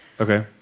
Okay